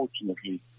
unfortunately